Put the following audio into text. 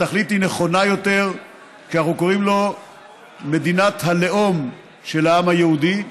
התכלית היא נכונה יותר כשאנחנו קוראים לו "מדינת הלאום של העם היהודי",